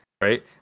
right